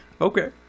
Okay